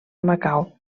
macau